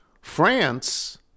France